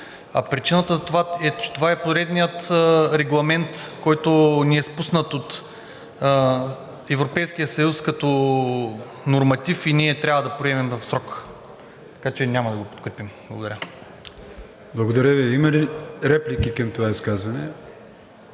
а причината за това е, че това е поредният регламент, който ни е спуснат от Европейския съюз като норматив и ние трябва да приемем в срок, така че няма да го подкрепим. Благодаря. ПРЕДСЕДАТЕЛ АТАНАС АТАНАСОВ: Благодаря Ви. Има ли реплики към това изказване?